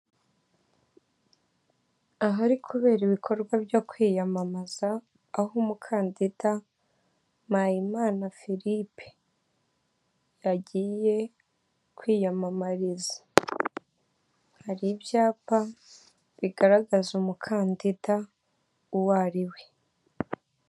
Ahari kubera ibikorwa byo kwiyamamaza aho umukandida Mpayimana Philipe yagiye kwiyamamariza hari ibyapa bigaragaza umukandida uwo ariwe.